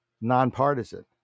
nonpartisan